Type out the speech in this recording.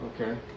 Okay